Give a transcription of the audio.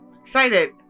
excited